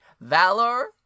Valor